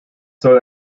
soll